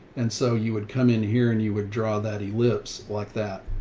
and so you would come in here and you would draw that he lives like that.